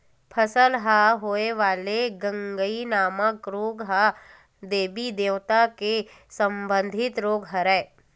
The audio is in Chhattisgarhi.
फसल म होय वाले गंगई नामक रोग ह देबी देवता ले संबंधित रोग हरय